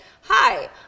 hi